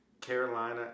Carolina